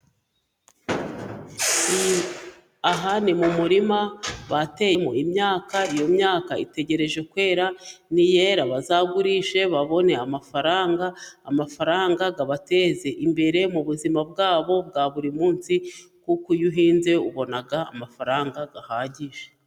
Aha ni mu murima bateyemo imyaka, iyo myaka itegereje kwera, niyera bazagurishe babone amafaranga, amafaranga abateze imbere mu buzima bwabo bwa buri munsi kuko iyo uhinze ubona amafaranga ahagije.